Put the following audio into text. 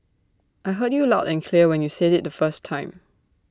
I heard you loud and clear when you said IT the first time